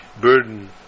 burden